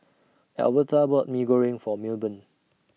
Alverta bought Mee Goreng For Milburn